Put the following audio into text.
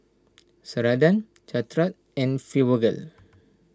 Ceradan Caltrate and Fibogel